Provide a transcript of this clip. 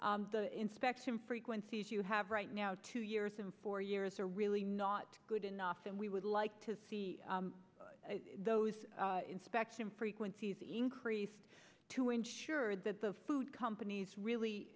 bill the inspection frequency as you have right now two years and four years are really not good enough and we would like to see those inspection frequencies increased to ensure that the food companies really